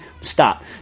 stop